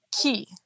key